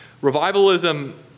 Revivalism